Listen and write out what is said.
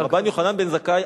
אני שואל: רבן יוחנן בן זכאי,